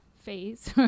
Phase